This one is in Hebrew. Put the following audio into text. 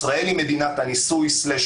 ישראל היא מדינת הניסוי/מחקר.